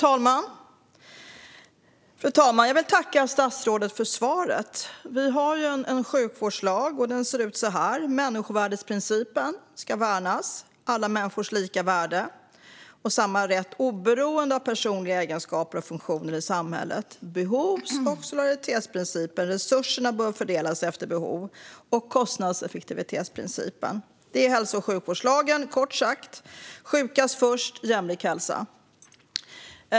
Fru talman! Jag vill tacka statsrådet för svaret. Vi har en hälso och sjukvårdslag som bygger på tre principer. Den första är människovärdesprincipen som ska värnas - alla människors lika värde och samma rätt oberoende av personliga egenskaper och funktioner i samhället. Den andra är behovs och solidaritetsprincipen - att resurserna bör fördelas efter behov. Den tredje är kostnadseffektivitetsprincipen. Detta är hälso och sjukvårdslagen som kort sagt innebär sjukast först och jämlik hälsa.